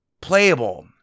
playable